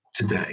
today